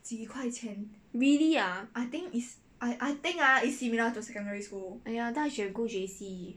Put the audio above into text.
!aiya! then I should go J_C